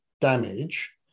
damage